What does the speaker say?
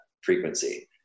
frequency